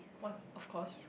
what of course